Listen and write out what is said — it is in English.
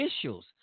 officials